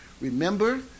Remember